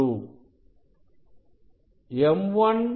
m1 minus m2